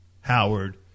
Howard